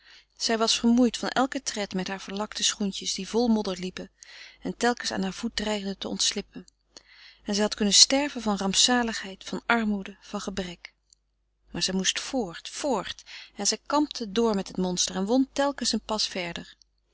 zij was vermoeid van elken tred met haar verlakte schoentjes die vol modder liepen en telkens aan haar voet dreigden te ontslippen en zij had kunnen sterven van rampzaligheid van armoede van gebrek maar zij moest voort voort en zij kampte door met het monster en won telkens een pas verder